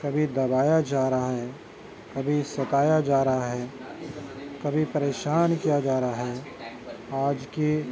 کبھی دبایا جا رہا ہے کبھی ستایا جا رہا ہے کبھی پریشان کیا جا رہا ہے آج کی